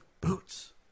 boots